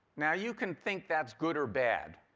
now you can think that's good or bad,